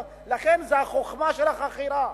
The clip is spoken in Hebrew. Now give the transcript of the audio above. לכן זו החוכמה של החכירה.